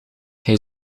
hij